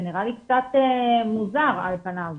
זה נראה לי קצת מוזר על פניו,